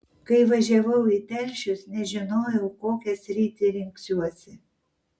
kai važiavau į telšius nežinojau kokią sritį rinksiuosi